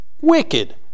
Wicked